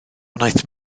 wnaeth